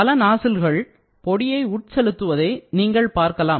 பல நாசில்கள் பொடியை உட்செலுத்துவதை நீங்கள் பார்க்கலாம்